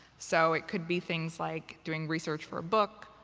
so it could be things like doing research for a book,